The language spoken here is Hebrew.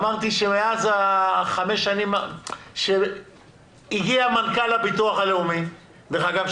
אמרתי שלפני חמש שנים הגיע מנכ"ל לביטוח הלאומי דרך אגב,